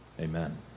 Amen